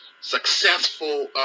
successful